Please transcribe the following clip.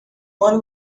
quando